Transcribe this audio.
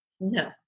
No